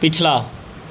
पिछला